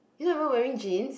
you not even wearing jeans